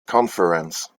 conference